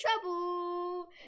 trouble